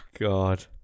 God